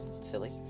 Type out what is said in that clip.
silly